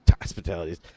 hospitalities